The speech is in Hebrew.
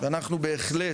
אנחנו בהחלט